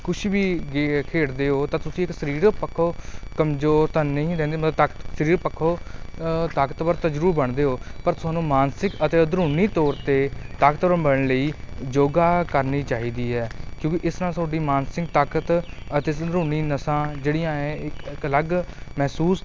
ਕੁਛ ਵੀ ਗੇ ਖੇਡਦੇ ਹੋ ਤਾਂ ਤੁਸੀਂ ਇੱਕ ਸਰੀਰਕ ਪੱਖੋਂ ਕਮਜ਼ੋਰ ਤਾਂ ਨਹੀਂ ਰਹਿੰਦੇ ਮਤਲਬ ਤਾਕ ਸਰੀਰ ਪੱਖੋਂ ਤਾਕਤਵਰ ਤਾਂ ਜ਼ਰੂਰ ਬਣਦੇ ਹੋ ਪਰ ਤੁਹਾਨੂੰ ਮਾਨਸਿਕ ਅਤੇ ਅੰਦਰੂਨੀ ਤੌਰ 'ਤੇ ਤਾਕਤਵਰ ਬਣਨ ਲਈ ਯੋਗਾ ਕਰਨੀ ਚਾਹੀਦੀ ਹੈ ਕਿਉਂਕਿ ਇਸ ਨਾਲ ਤੁਹਾਡੀ ਮਾਨਸਿਕ ਤਾਕਤ ਅਤੇ ਅੰਦਰੂਨੀ ਨਸਾਂ ਜਿਹੜੀਆਂ ਹੈ ਇੱਕ ਅਲੱਗ ਮਹਿਸੂਸ